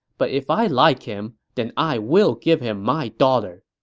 but if i like him, then i will give him my daughter!